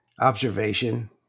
observation